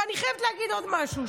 אבל אני חייבת להגיד עוד משהו.